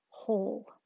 whole